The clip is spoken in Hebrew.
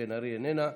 בן ארי, איננה,